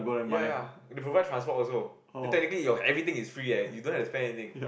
ya ya and they provide transport also then technically your everything is free eh you don't have to spend anything